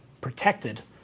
protected